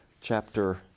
chapter